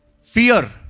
Fear